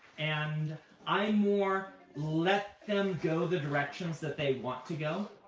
and i more let them go the directions that they want to go.